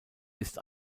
ist